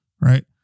right